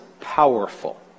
powerful